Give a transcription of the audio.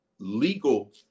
legal